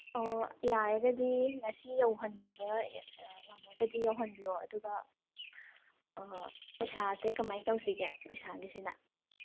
ꯑꯣ ꯌꯥꯔꯒꯗꯤ ꯉꯁꯤ ꯌꯧꯍꯟꯕꯤꯕ ꯉꯝꯃꯒꯗꯤ ꯌꯧꯍꯟꯕꯤꯔꯛꯑꯣ ꯑꯗꯣꯒ ꯄꯩꯁꯥꯁꯦ ꯀꯃꯥꯏꯅ ꯇꯧꯁꯤꯒꯦ ꯄꯩꯁꯥꯒꯤꯁꯤꯅ